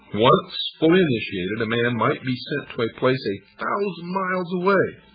once fully initiated, a man might be sent to a place a thousand miles away,